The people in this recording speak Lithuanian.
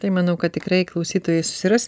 tai manau kad tikrai klausytojai susiras